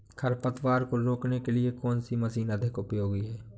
खरपतवार को रोकने के लिए कौन सी मशीन अधिक उपयोगी है?